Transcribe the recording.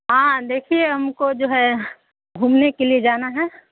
ہاں دیکھیے ہم کو جو ہے گھومنے کے لیے جانا ہے